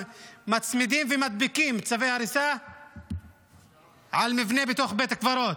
מצמידים ומדביקים צווי הריסה על מבנה בתוך בית קברות?